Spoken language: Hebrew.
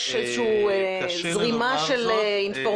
יש איזה שהיא זרימה של אינפורמציה?